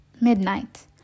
midnight